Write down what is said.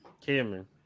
Cameron